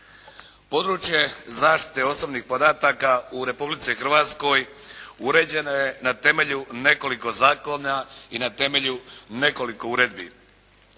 Područje zaštite osobnih podataka u Republici Hrvatskoj uređeno je na temelju nekoliko zakona i na temelju nekoliko uredbi.